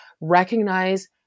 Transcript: recognize